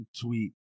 tweet